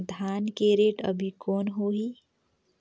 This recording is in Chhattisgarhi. धान के रेट अभी कौन होही?